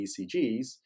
ECGs